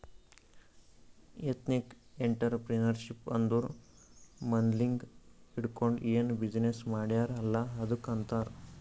ethnic entrepreneurship ಅಂದುರ್ ಮದ್ಲಿಂದ್ ಹಿಡ್ಕೊಂಡ್ ಏನ್ ಬಿಸಿನ್ನೆಸ್ ಮಾಡ್ಯಾರ್ ಅಲ್ಲ ಅದ್ದುಕ್ ಆಂತಾರ್